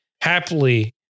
happily